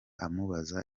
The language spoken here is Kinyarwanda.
amubaza